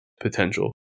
potential